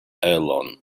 elon